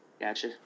Gotcha